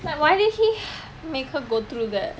like why did he make her go through that